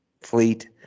fleet